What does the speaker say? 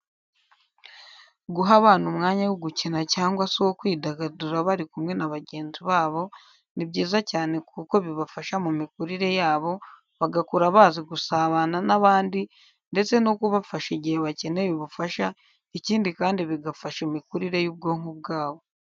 Guha abana umwanya wo gukina cyangwa se uwo kwidagadura bari kumwe n’abagenzi babo, ni byiza cyane kuko bibafasha mu mikurire yabo bagakura bazi gusabana n’abandi ndetse no kubafasha igihe bakeneye ubufasha, ikindi kandi bigafasha imikurire y’ubwonko bwabo.